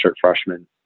freshman